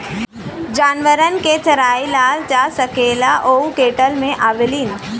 जानवरन के चराए ले जा सकेला उ कैटल मे आवेलीन